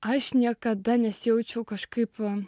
aš niekada nesijaučiau kažkaip va